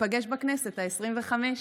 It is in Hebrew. ניפגש בכנסת העשרים-וחמש.